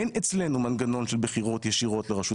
אין אצלנו מנגנון של בחירות ישירות לראשות